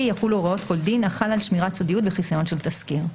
יחולו הוראות כל דין החל על שמירת סודיות וחיסיון של תסקיר.